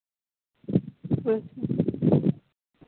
ᱦᱩᱸ